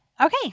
okay